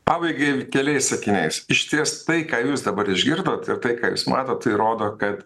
pabaigai keliais sakiniais išties tai ką jūs dabar išgirdote ir tai ką jūs matote tai rodo kad